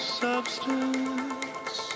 substance